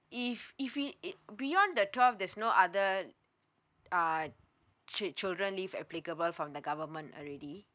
if if it it beyond the twelve there's no other uh child children leave applicable from the government already